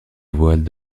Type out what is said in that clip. voiles